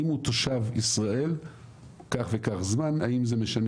אם הוא תושב ישראל כך וכך זמן האם זה משנה